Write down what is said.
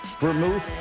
vermouth